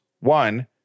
One